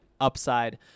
upside